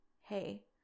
hey